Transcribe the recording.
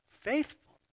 faithful